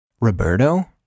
Roberto